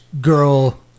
girl